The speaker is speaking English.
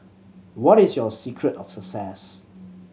what is your secret of success